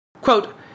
Quote